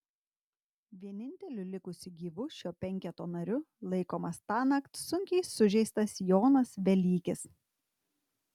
vieninteliu likusiu gyvu šio penketo nariu laikomas tąnakt sunkiai sužeistas jonas velykis